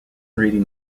reading